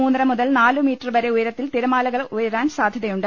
മൂന്നര മുതൽ നാലുമീറ്റർ വർ ഉയരത്തിൽ തിരമാലകൾ ഉയ രാൻ സാധ്യതയുണ്ട്